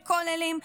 בכוללים,